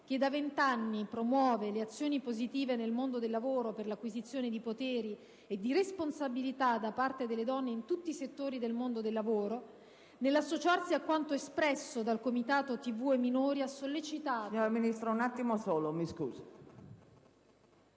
che da vent'anni promuove le azioni positive nel mondo del lavoro per l'acquisizione di poteri e di responsabilità da parte delle donne in tutti i settori del mondo del lavoro, nell'associarsi a quanto espresso dal Comitato *media* e minori, ha sollecitato tutte le emittenti televisive